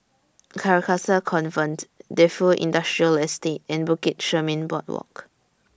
Carcasa Convent Defu Industrial Estate and Bukit Chermin Boardwalk